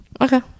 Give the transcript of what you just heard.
okay